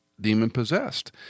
demon-possessed